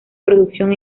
producción